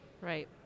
Right